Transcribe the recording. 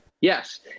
Yes